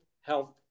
health